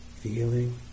Feeling